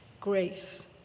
grace